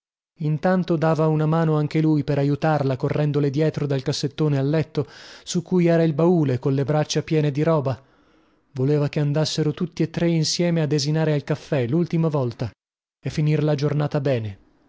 intanto dava una mano anche lui per aiutarla correndole dietro dal cassettone al letto su cui era il baule colle braccia piene di roba voleva che andassero tutti e tre insieme a desinare al caffè lultima volta e finir la giornata bene